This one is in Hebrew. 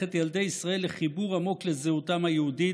את ילדי ישראל לחיבור עמוק לזהותם היהודית,